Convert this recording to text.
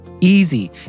easy